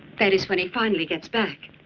that is, when he finally gets back.